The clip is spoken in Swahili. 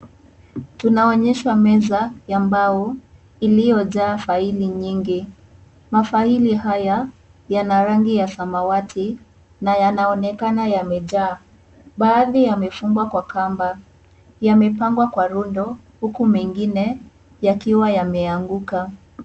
Tunaonyeshwa meza ya mbao iliyojaa faili nyingi, mafaili haya yana rangi ya samawati na yanaonekana yamejaa, baadhi yamefungwa kwa kamba yamepangwa kwa rundo huku mengine yakiwa yameanguka.